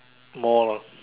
more lor